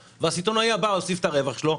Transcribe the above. הסיטונאי הבא הוסיף את הרווח שלו,